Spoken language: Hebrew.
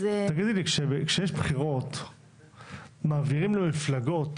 כשיש בחירות מעבירים למפלגות